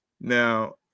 now